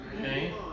Okay